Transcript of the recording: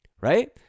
right